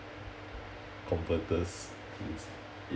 converters it's